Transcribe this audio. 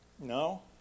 No